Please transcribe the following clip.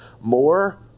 more